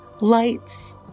Lights